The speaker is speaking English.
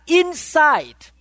inside